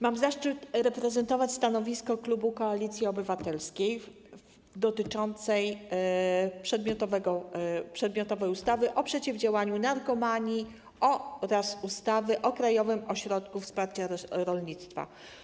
Mam zaszczyt zaprezentować stanowisko klubu Koalicji Obywatelskiej dotyczące przedmiotowej ustawy o zmianie ustawy o przeciwdziałaniu narkomanii oraz ustawy o Krajowym Ośrodku Wsparcia Rolnictwa.